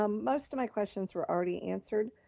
um most of my questions were already answered,